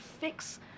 fix